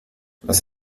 las